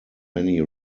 many